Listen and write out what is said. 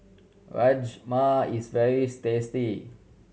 rajma is very tasty